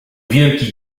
wielki